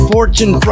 Fortune